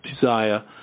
desire